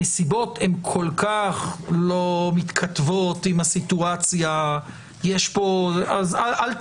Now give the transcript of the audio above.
הנסיבות הן כל כך לא מתכתבות עם הסיטואציה; אל תעמיסו